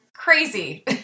crazy